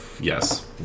yes